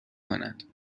کند